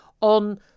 on